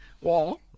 Wall